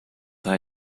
hij